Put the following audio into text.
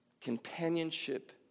companionship